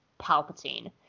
Palpatine